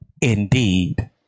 indeed